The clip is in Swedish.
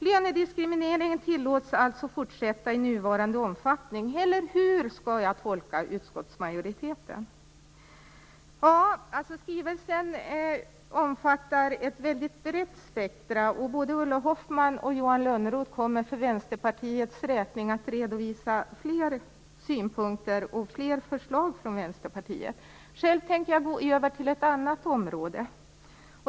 Lönediskrimineringen tillåts alltså fortsätta i nuvarande omfattning. Eller hur skall jag tolka utskottsmajoriteten? Skrivelsen omfattar ett väldigt brett spektrum. Både Ulla Hoffmann och Johan Lönnroth kommer för Vänsterpartiets räkning att redovisa fler synpunkter och fler förslag från Vänsterpartiet. Själv tänker jag gå över till ett annat område.